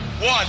one